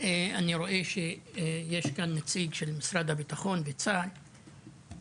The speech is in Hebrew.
יש רואה שיש כאן נציג של משרד הביטחון ונציג של צה״ל,